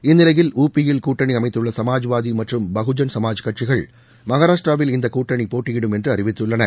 இந்நிலையில் உபியில் கூட்டணி அமைத்துள்ள சமாஜ்வாதி மற்றம் பகுஜன் சமாஜ் கட்சிகள் மகாராஷ்டிராவில் இந்த கூட்டணி போட்டியிடும் என்று அறிவித்துள்ளன